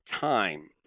time